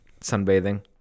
sunbathing